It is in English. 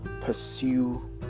pursue